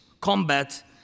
combat